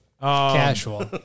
Casual